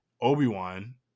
Obi-Wan